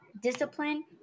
discipline